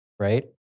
Right